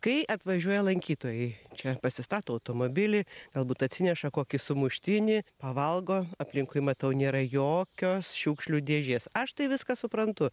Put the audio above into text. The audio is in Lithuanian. kai atvažiuoja lankytojai čia pasistato automobilį galbūt atsineša kokį sumuštinį pavalgo aplinkui matau nėra jokios šiukšlių dėžės aš tai viską suprantu